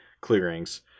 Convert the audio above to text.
clearings